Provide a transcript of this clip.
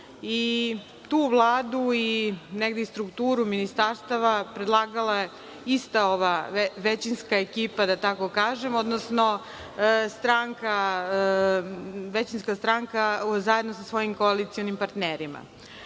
tu Vladu i strukturu ministarstava predlagala je ista ova većinska ekipa, da tako kažem, odnosno većinska stranka zajedno sa svojim koalicionim partnerima. Ono